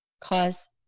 cause